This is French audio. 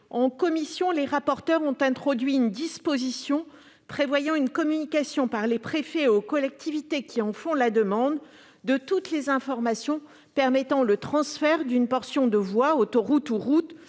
en commission, les rapporteurs ont introduit une disposition prévoyant une communication par les préfets aux collectivités qui en font la demande de toutes les informations permettant le transfert d'une portion de voie, autoroute ou route